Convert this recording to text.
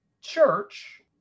church